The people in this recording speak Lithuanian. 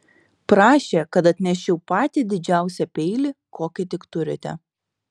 prašė kad atneščiau patį didžiausią peilį kokį tik turite